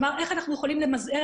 אני רוצה לומר איך אנחנו יכולים למזער